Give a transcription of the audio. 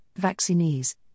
vaccinees